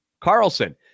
Carlson